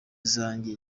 zanjye